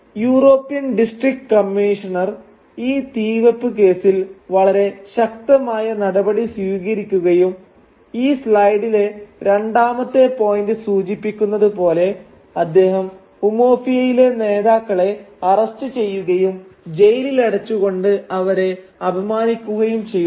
European district commissioner ഈ തീവെപ്പ് കേസിൽ വളരെ ശക്തമായ നടപടി സ്വീകരിക്കുകയും ഈ സ്ലൈഡിലെ രണ്ടാമത്തെ പോയിന്റ് സൂചിപ്പിക്കുന്നതുപോലെ അദ്ദേഹം ഉമൊഫിയയിലെ നേതാക്കളെ അറസ്റ്റ് ചെയ്യുകയും ജയിലിലടച്ചു കൊണ്ട് അവരെ അപമാനിക്കുകയും ചെയ്യുന്നു